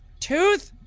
tooth?